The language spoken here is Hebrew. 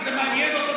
כי זה מעניין אותו,